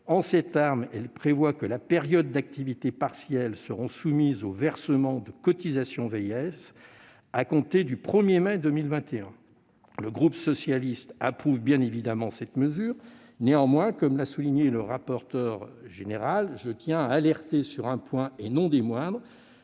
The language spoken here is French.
En ces termes, elle prévoit que les périodes d'activité partielle seront soumises au versement de cotisations vieillesse à compter du 1 mai 2021. Le groupe socialiste approuve bien évidemment cette mesure. Néanmoins, comme l'a souligné le rapporteur, je tiens à alerter sur un point, et non des moindres